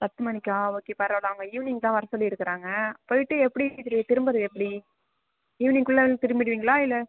பத்து மணிக்கா ஓகே பரவாயில்லை அவங்க ஈவ்னிங் தான் வர சொல்லிருக்கிறாங்க போயிட்டு எப்படி திரும்புகிறது எப்படி ஈவ்னிங்குள்ளே திரும்பிடுவீங்களா இல்லை